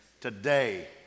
today